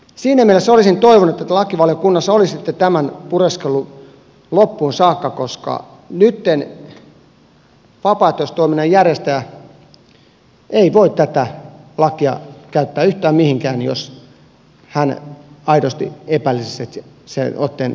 siinä mielessä olisin toivonut että lakivaliokunnassa olisitte tämän pureskelleet loppuun saakka koska nytten vapaaehtoistoiminnan järjestäjä ei voi tätä lakia käyttää yhtään mihinkään jos hän aidosti epäilisi että se otteen pyytäminen olisi tarpeellista